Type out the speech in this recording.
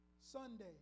Sunday